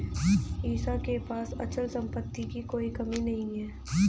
ईशा के पास अचल संपत्ति की कोई कमी नहीं है